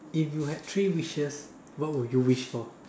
if you had three wishes what would you wish for